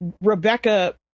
Rebecca